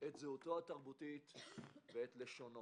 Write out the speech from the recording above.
את זהותו התרבותית ואת לשונו.